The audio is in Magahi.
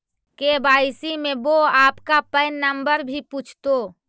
के.वाई.सी में वो आपका पैन नंबर भी पूछतो